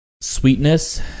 sweetness